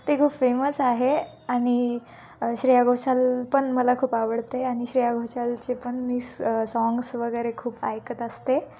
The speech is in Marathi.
ते खूप फेमस आहे आणि श्रेया घोषाल पण मला खूप आवडते आणि श्रेया घोषालचे पण मी स साँग्स वगैरे खूप ऐकत असते